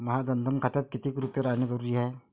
माह्या जनधन खात्यात कितीक रूपे रायने जरुरी हाय?